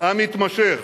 המתמשך